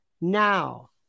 now